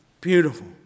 Beautiful